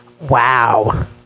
Wow